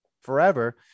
forever